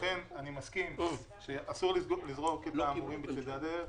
לכן אני מסכים שאסור לזרוק את המורים בצדי הדרך,